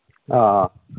ꯑꯥ ꯑꯥ